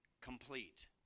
complete